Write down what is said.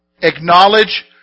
Acknowledge